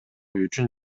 үчүн